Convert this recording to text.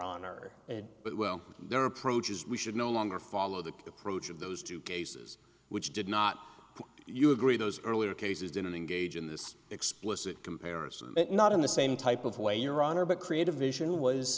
honor but well their approach is we should no longer follow the approach of those two cases which did not you agree those earlier cases didn't engage in this explicit comparison not in the same type of way your honor but creative vision was